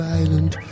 island